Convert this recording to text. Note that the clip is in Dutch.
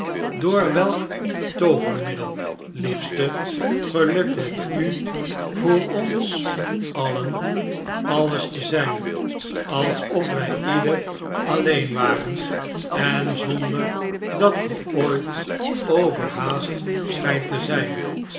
door welk toovermiddel liefste gelukt het u voor ons alien alles te zijn alsof wij ieder alleen waren en zonder dat ge ooit overhaast schijnt te zijn